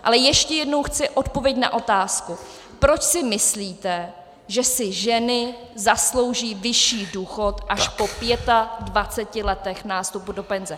Ale ještě jednou chci odpověď na otázku, proč si myslíte, že si ženy zaslouží vyšší důchod až po 25 letech nástupu do penze.